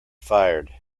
fired